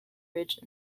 ridge